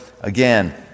again